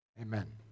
Amen